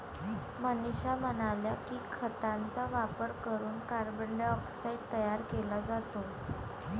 मनीषा म्हणाल्या की, खतांचा वापर करून कार्बन डायऑक्साईड तयार केला जातो